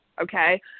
Okay